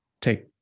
take